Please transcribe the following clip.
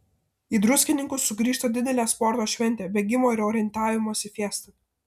į druskininkus sugrįžta didelė sporto šventė bėgimo ir orientavimosi fiesta